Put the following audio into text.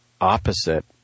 opposite